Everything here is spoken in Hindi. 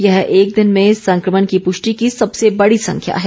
यह एक दिन में संक्रमण की प्रष्टि की सबसे बड़ी संख्या है